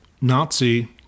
Nazi